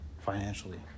financially